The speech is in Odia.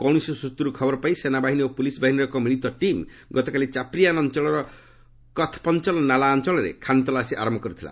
କୌଣସି ସ୍ୱତ୍ରରୁ ଖବର ପାଇ ସେନାବାହିନୀ ଓ ପୁଲିସ୍ ବାହିନୀର ଏକ ମିଳିତ ଟିମ୍ ଗତକାଲି ଚାପ୍ରିୟାନ୍ ଅଞ୍ଚଳର କଥ୍ପଞ୍ଚଲ୍ ନାଲା ଅଞ୍ଚଳରେ ଖାନ୍ତଲାସୀ ଆରମ୍ଭ କରିଥିଲେ